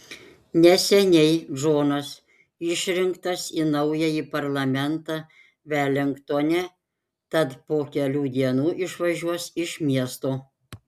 neseniai džonas išrinktas į naująjį parlamentą velingtone tad po kelių dienų išvažiuos iš miesto